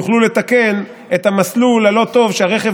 יוכלו לתקן את המסלול הלא-טוב שהרכב